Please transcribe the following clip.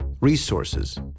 resources